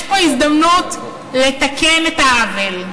יש פה הזדמנות לתקן את העוול,